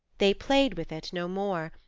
they played with it no more.